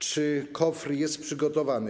Czy KOWR jest przygotowany?